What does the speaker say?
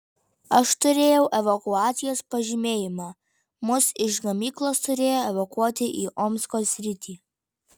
aš turėjau evakuacijos pažymėjimą mus iš gamyklos turėjo evakuoti į omsko sritį